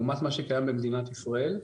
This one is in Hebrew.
לעומת מה שקיים במדינת ישראל.